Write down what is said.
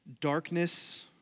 Darkness